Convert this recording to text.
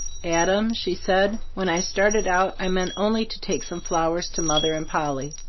adam, she said, when i started out, i meant only to take some flowers to mother and polly.